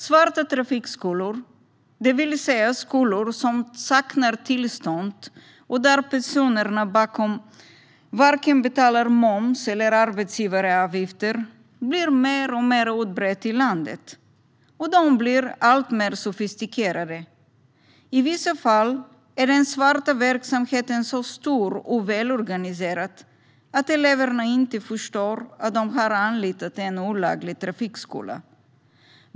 Svarta trafikskolor, det vill säga skolor som saknar tillstånd och där personerna bakom varken betalar moms eller arbetsgivaravgifter, blir allt vanligare i landet. Och de blir alltmer sofistikerade. I vissa fall är den svarta verksamheten så stor och välorganiserad att eleverna inte förstår att de har anlitat en olaglig trafikskola.